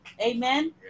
Amen